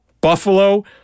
Buffalo